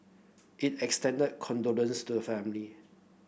it extended condolence to the family